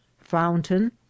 fountain